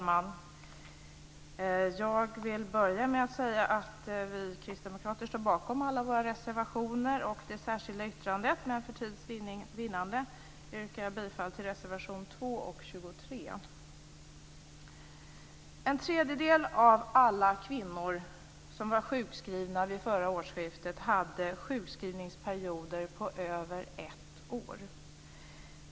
Fru talman! Jag vill börja med att säga att vi kristdemokrater står bakom alla våra reservationer och det särskilda yttrandet, men för tids vinnande yrkar jag bifall till reservationerna 2 och 23. En tredjedel av alla kvinnor som var sjukskrivna vid förra årsskiftet hade sjukskrivningsperioder på över ett år.